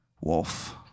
wolf